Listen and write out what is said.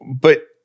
but-